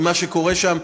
עם מה שקורה שם.